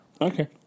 Okay